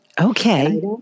Okay